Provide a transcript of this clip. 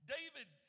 David